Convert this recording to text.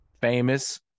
famous